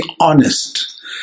honest